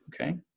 okay